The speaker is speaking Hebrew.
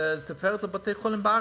לתפארת בתי-החולים בארץ.